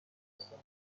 میخواستم